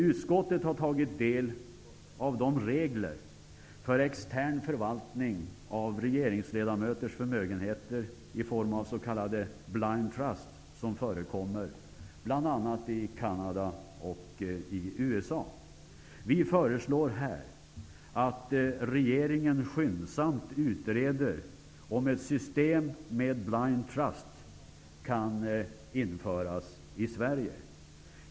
Utskottet har tagit del av de regler för extern förvaltning av regeringsledamöters förmögenheter i form av s.k. blind trust som förekommer bl.a. i Canada och USA. Vi föreslår att regeringen skyndsamt utreder om ett system med blind trust kan införas i Sverige.